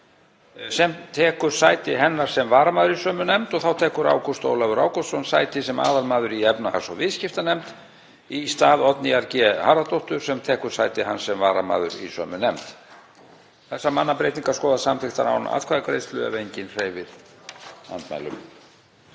sem tekur sæti hennar sem varamaður í sömu nefnd. Þá tekur Ágúst Ólafur Ágústsson sæti sem aðalmaður í efnahags- og viðskiptanefnd í stað Oddnýjar G. Harðardóttur, sem tekur sæti hans sem varamaður í sömu nefnd. Þessar mannabreytingar skoðast samþykktar án atkvæðagreiðslu ef enginn hreyfir andmælum.